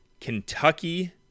Kentucky